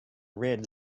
red